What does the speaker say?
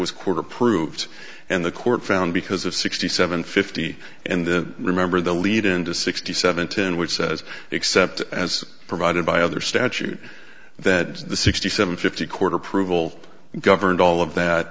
was court approved and the court found because of sixty seven fifty and then remember the lead in to sixty seven ten which says except as provided by other statute that the sixty seven fifty court approval governed all of that